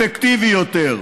אפקטיבי יותר,